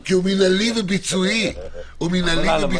כי הוא מנהלי וביצועי לחלוטין.